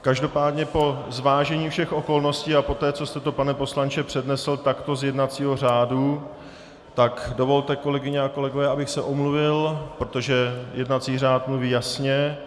Každopádně po zvážení všech okolností a poté, co jste to, pane poslanče, přednesl takto z jednacího řádu, tak dovolte, kolegyně a kolegové, abych se omluvil, protože jednací řád mluví jasně.